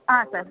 ಹಾಂ ಸರ್